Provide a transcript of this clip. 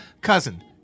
Cousin